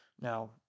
now